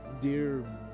Dear